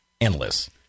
endless